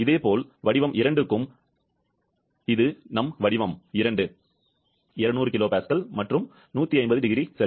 இதேபோல் வடிவ 2 க்கும் இது உங்கள் வடிவம் 2 200 kPa மற்றும் 150 0C